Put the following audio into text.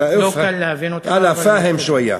לא קל להבין אותך, אבל, אנא פאהם שויה.